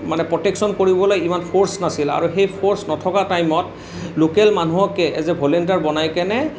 মানে প্ৰটেকচন কৰিবলৈ ইমান ফৰ্চ নাছিল আৰু সেই ফৰ্চ নথকা টাইমত লোকেল মানুহকে এজ এ ভলণ্টিয়াৰ বনাই কেনে